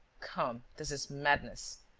come, this is madness.